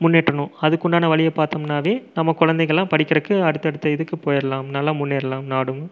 முன்னேற்றணும் அதுக்குண்டான வழியை பாத்தோம்னாவே நம்ம குழந்தைகள்லாம் படிக்கிறக்கு அடுத்தடுத்த இதுக்கு போய்டலாம் நல்லா முன்னேறலாம் நாடும்